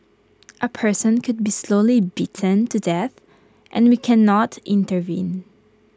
A person could be slowly beaten to death and we cannot intervene